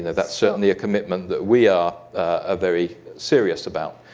that's certainly a commitment that we are ah very serious about.